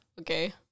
Okay